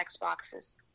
Xboxes